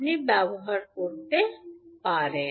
আপনি ব্যবহার করতে পারেন